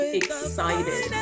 excited